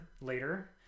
later